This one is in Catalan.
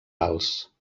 alts